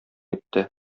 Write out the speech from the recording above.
итте